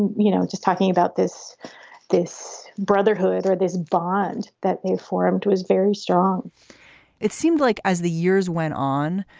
you know, just talking about this this brotherhood or this bond that they form to his very strong it seemed like as the years went on,